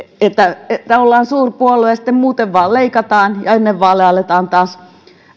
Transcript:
että ollaan suurpuolue ja sitten muuten vain leikataan ja ennen vaaleja aletaan taas